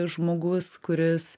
žmogus kuris